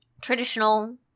traditional